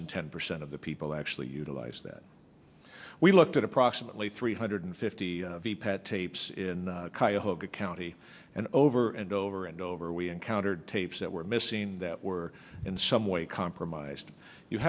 than ten percent of the people actually utilized that we looked at approximately three hundred fifty tapes in cuyahoga county and over and over and over we encountered tapes that were missing that were in some way compromised you